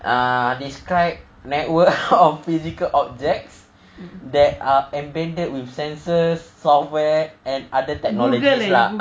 err describe network of physical objects that are embedded with sensors software and other technologies lah